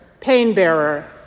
pain-bearer